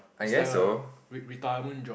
is like a re~ retirement job